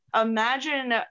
Imagine